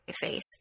face